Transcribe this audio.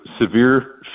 severe